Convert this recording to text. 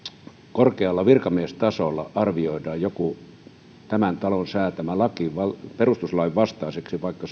korkealla virkamiestasolla arvioidaan joku tämän talon säätämä laki perustuslain vastaiseksi vaikka